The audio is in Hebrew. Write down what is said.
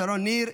שרון ניר,